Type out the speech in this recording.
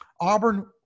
Auburn